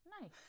Nice